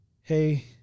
Hey